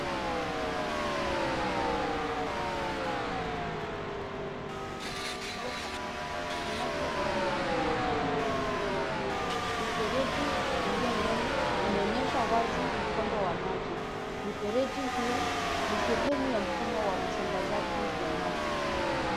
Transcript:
Mifereji mitatu ya chuma ya maji imefungwa kwenye ukuta wenye kutu uliochakaa na maji yanatirirka kutoka kila mfereji, mfereji ulio mbele unaonyesha wazi mkondo wa maji, mifereji hio ni sehemu wa mfumo wa usambazaji wa maji.